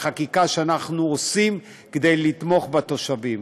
והחקיקה שאנחנו עושים כדי לתמוך בתושבים.